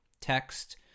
text